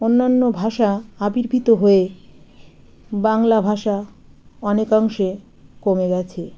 অন্যান্য ভাষা আবির্ভূত হয়ে বাংলা ভাষা অনেকাংশে কমে গেছে